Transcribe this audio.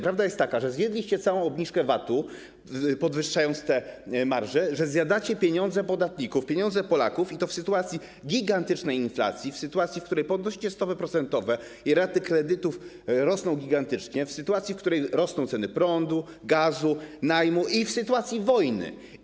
Prawda jest taka, że zjedliście całą obniżkę VAT-u, podwyższając marże, że zjadacie pieniądze podatników, pieniądze Polaków, i to w sytuacji gigantycznej inflacji, w sytuacji, w której podnosicie stopy procentowe i raty kredytów gigantycznie rosną, w sytuacji, kiedy rosną ceny prądu, gazu, najmu, i w sytuacji wojny.